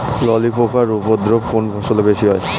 ললি পোকার উপদ্রব কোন ফসলে বেশি হয়?